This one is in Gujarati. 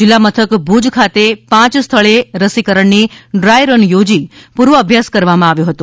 જિલ્લા મથક ભુજ ખાતે પાંચ સ્થળે રસીકરણની ડ્રાય રન યોજી પૂર્વ અભ્યાસ કરવામાં આવ્યો હતો